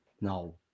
No